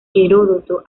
heródoto